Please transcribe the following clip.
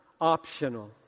optional